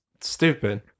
stupid